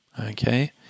Okay